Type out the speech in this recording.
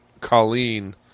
Colleen